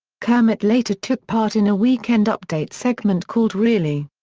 kermit later took part in a weekend update segment called really?